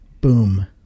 boom